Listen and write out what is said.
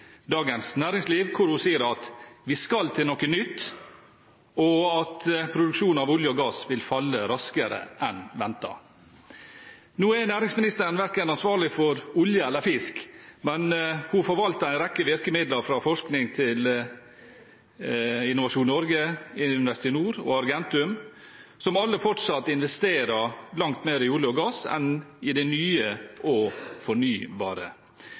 Dagens Næringsliv, hvor hun sier at vi skal til noe nytt, og at produksjonen av olje og gass vil falle raskere enn ventet. Nå er næringsministeren verken ansvarlig for olje eller fisk, men hun forvalter en rekke virkemidler, fra forskning til Innovasjon Norge, Investinor og Argentum, som alle fortsatt investerer langt mer i olje og gass enn i det nye og fornybare.